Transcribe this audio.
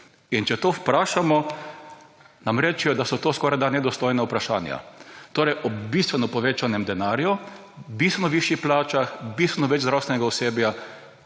In če to vprašamo, nam rečejo, da so to skorajda nedostojna vprašanja. Torej, ob bistveno povečanem denarju bistveno višjih plačah, bistveno več zdravstvenega osebja,